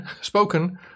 spoken